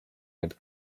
went